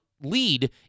lead